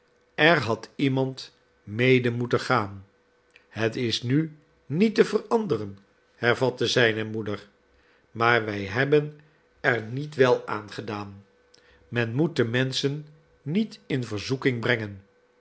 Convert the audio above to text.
er had iemand mede moeten gaan het is nu niet te veranderen hervatte zijne moeder maar wij hebben er niet wel aan gedaan men moet de menschen niet in verzoeking brengen